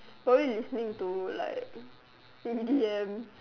probably listening to like e_d_m